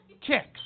kicks